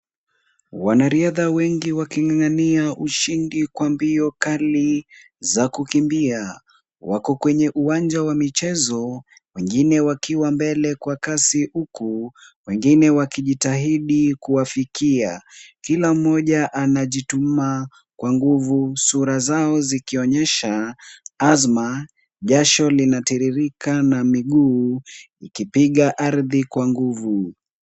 Wanariadha wengi waking'ang'ania ushindi kwa mbio kali za kukimbia. Wako kwenye uwanja wa michezo, wengine wakiwa mbele kwa kasi huku wengine wakijitahidi kuwafikia. Kila mmoja anajituma kwa nguvu, sura zao zikionyesha azma, jasho linatiririka na miguu ikipiga ardhi kwa nguvu.